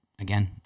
again